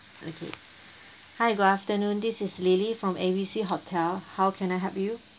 okay hi good afternoon this is lily from A B C hotel how can I help you